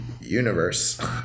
universe